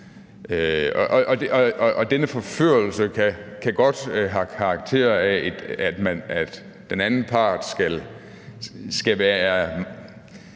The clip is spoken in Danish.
Denne forførelse kan godt have karakter af, at den anden part skal være